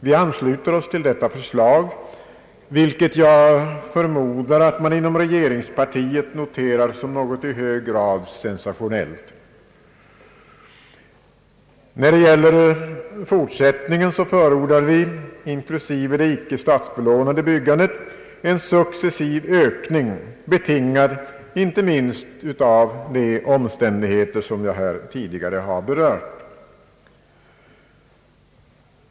Vi ansluter oss till detta förslag, vilket jag förmodar att man inom regeringspartiet noterar som något i hög grad sensationellt. För fortsättningen förordar vi — inklusive det icke statsbelånade byggandet — en successiv ökning, betingad inte minst av de omständigheter jag tidigare har berört.